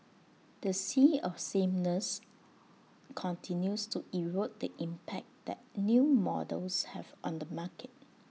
the sea of sameness continues to erode the impact that new models have on the market